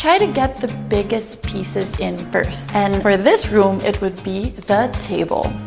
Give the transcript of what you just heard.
to get the biggest pieces in first and for this room it would be the table.